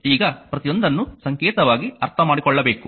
ಈಗ ಪ್ರತಿಯೊಂದನ್ನೂ ಸಂಕೇತವಾಗಿ ಅರ್ಥಮಾಡಿಕೊಳ್ಳಬೇಕು